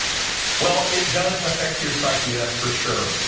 well it does affect your psyche that's for sure.